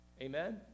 Amen